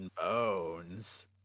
bones